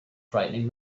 frightening